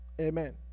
Amen